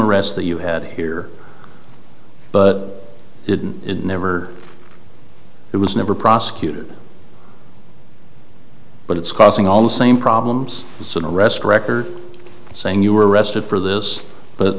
arrest that you had here but it never it was never prosecuted but it's causing all the same problems so the rest record saying you were arrested for this but